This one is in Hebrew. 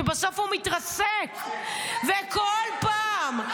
שבסוף הוא מתרסק ------- וכל פעם,